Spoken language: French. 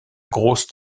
grosse